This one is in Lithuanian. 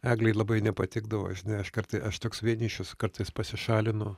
eglei labai nepatikdavo žinai aš kartai aš toks vienišius kartais pasišalinu